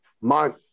Mark